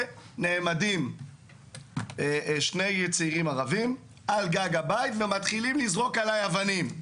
נעמדים שני צעירים ערבים על גג הבית ומתחילים לזרוק עליי אבנים.